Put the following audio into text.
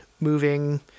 moving